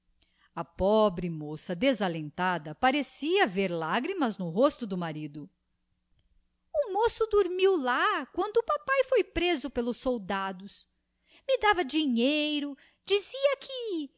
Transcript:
a pobre moça desalentada parecia ver lagrima no rosto do marido o moço dormiu lá quando papae foi preso pelos soldados me dava dinheiro dizia que